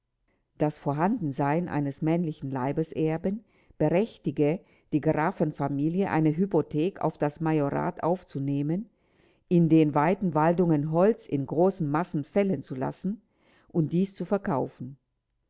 das vorhandensein eines männlichen leibeserben berechtige die grafenfamilie eine hypothek auf das majorat aufzunehmen in den weiten waldungen holz in großen massen fällen zu lassen und dies zu verkaufen